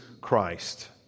Christ